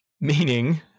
Meaning